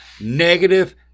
Negative